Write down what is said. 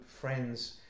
friends